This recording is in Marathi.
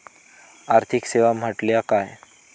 आर्थिक सेवा म्हटल्या काय?